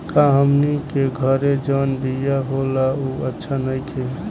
का हमनी के घरे जवन बिया होला उ अच्छा नईखे?